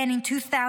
Again in 2012,